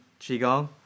Qigong